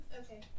okay